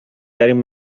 ترین